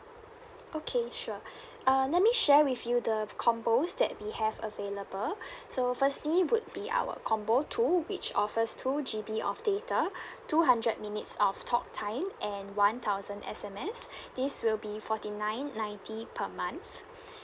okay sure uh let me share with you the combos that we have available so firstly would be our combo two which offers two G_B of data two hundred minutes of talk time and one thousand S_M_S this will be forty nine ninety per month